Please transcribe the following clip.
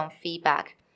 feedback